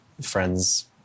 friends